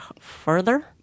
further